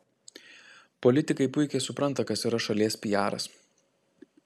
politikai puikiai supranta kas yra šalies piaras